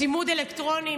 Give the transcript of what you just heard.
צימוד אלקטרוני.